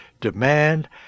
demand